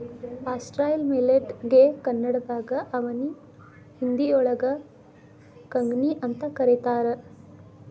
foxtail millet ಗೆ ಕನ್ನಡದಾಗ ನವನಿ, ಹಿಂದಿಯೋಳಗ ಕಂಗ್ನಿಅಂತ ಕರೇತಾರ